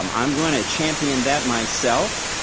um i'm going to champion that myself.